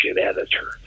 editor